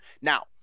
Now